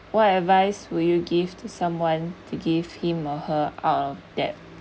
what advice would you give to someone to give him or her out of debt